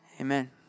Amen